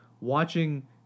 watching